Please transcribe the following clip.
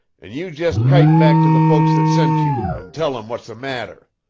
and you just kite back to the folks that sent you, and tell them what's the matter.